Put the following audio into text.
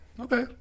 Okay